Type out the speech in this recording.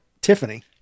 Tiffany